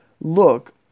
Look